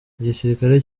igisirikare